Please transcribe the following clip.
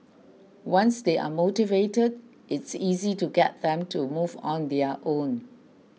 once they are motivated it's easy to get them to move on their own